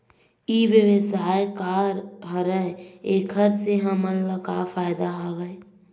ई व्यवसाय का हरय एखर से हमला का फ़ायदा हवय?